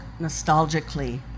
nostalgically